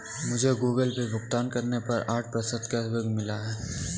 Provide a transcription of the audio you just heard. मुझे Google Pay भुगतान करने पर आठ प्रतिशत कैशबैक मिला है